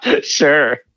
Sure